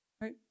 Right